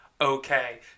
okay